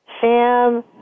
Sam